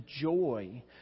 joy